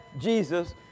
Jesus